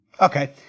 Okay